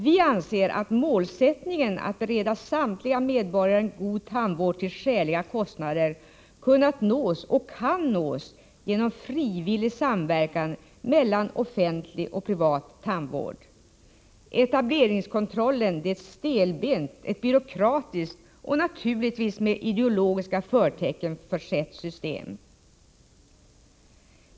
Vi anser att målsättningen att bereda samtliga medborgare en god tandvård till skäliga kostnader kunnat nås och kan nås genom frivillig samverkan mellan offentlig och privat tandvård. Etableringskontrollen är ett stelbent, byråkratiskt och naturligtvis med ideologiska förtecken försett system.